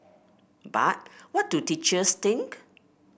but what do teachers think